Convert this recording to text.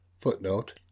footnote